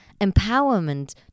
empowerment